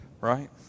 Right